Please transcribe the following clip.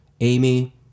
Amy